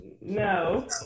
No